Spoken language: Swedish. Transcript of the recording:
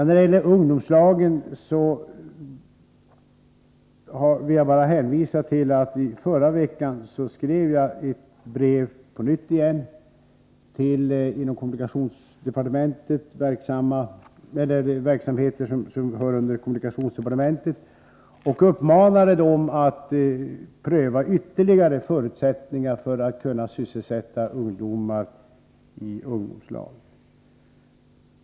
När det gäller ungdomslagen vill jag bara hänvisa till att jag i förra veckan på nytt skrev ett brev till ledningen för olika verksamheter som hör hemma under kommunikationsdepartementet och uppmanade dem att pröva ytterligare förutsättningar för att kunna sysselsätta ungdomar i ungdomslag.